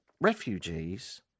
refugees